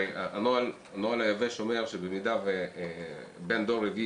הנוהל היבש אומר שבמידה ובן דור רביעי